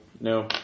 No